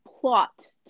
plot